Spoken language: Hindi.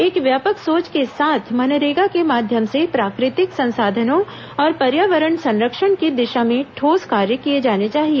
एक व्यापक सोच के साथ मनरेगा के माध्यम से प्राकृतिक संसाधनों और पर्यावरण संरक्षण की दिशा में ठोस कार्य किए जाने चाहिए